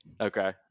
Okay